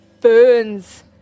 burns